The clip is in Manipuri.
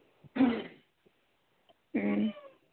ꯎꯝ